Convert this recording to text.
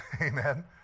Amen